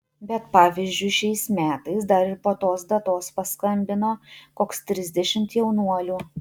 bet pavyzdžiui šiais metais dar ir po tos datos paskambino koks trisdešimt jaunuolių